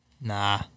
nah